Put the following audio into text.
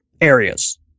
areas